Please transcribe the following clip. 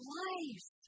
life